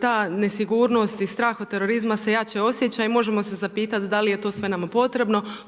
ta nesigurnost i strah od terorizma se jače osjeća i možemo se zapitati da li je to sve nama potrebno,